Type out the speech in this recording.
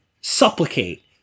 supplicate